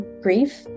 grief